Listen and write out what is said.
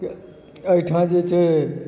एहिठाँ जे छै